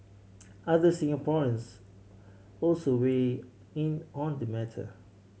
other Singaporeans also weigh in on the matter